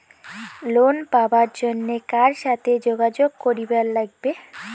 Loan পাবার জন্যে কার সাথে যোগাযোগ করিবার লাগবে?